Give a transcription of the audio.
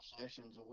sessions